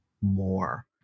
more